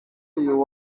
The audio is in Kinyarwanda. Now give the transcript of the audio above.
uyu